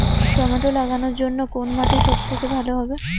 Tomato লাগানোর জন্যে কোন মাটি সব থেকে ভালো হবে?